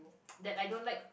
that I don't like